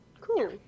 cool